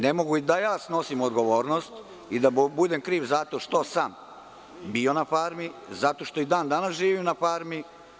Ne mogu da ja snosim odgovornost i da mu budem kriv zato što sam bio na „Farmi“, zato što i dan danas živim na farmi.